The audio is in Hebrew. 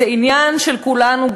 זה עניין של כולנו,